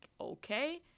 okay